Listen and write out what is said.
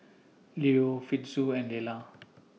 Lew Fitzhugh and Lela